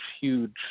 huge